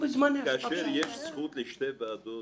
כאשר יש זכות לשתי ועדות,